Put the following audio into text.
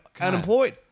unemployed